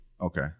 Okay